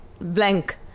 blank